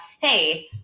Hey